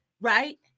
Right